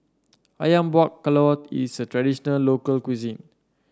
ayam Buah Keluak is a traditional local cuisine